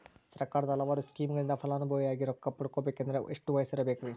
ಸರ್ಕಾರದ ಹಲವಾರು ಸ್ಕೇಮುಗಳಿಂದ ಫಲಾನುಭವಿಯಾಗಿ ರೊಕ್ಕ ಪಡಕೊಬೇಕಂದರೆ ಎಷ್ಟು ವಯಸ್ಸಿರಬೇಕ್ರಿ?